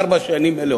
ארבע שנים מלאות.